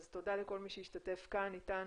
אז תודה לכל מי שהשתתף כאן איתנו,